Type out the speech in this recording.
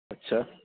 اچھا